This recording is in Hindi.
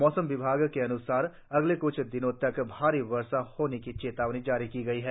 मौसम विभाग के अन्सार अगले क्छ दिनों तक भारी बारिश होने की चेतावनी जारी की है